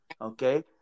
okay